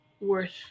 worth